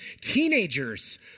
Teenagers